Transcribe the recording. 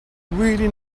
really